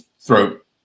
throat